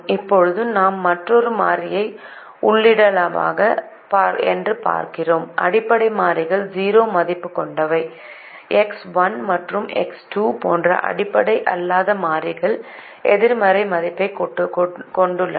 இப்போது நாம் மற்றொரு மாறியை உள்ளிடலாமா என்று பார்க்கிறோம் அடிப்படை மாறிகள் 0 மதிப்பு கொண்டவை எக்ஸ் 1 மற்றும் எக்ஸ் 2 போன்ற அடிப்படை அல்லாத மாறிகள் எதிர்மறை மதிப்பைக் கொண்டுள்ளன